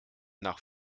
nach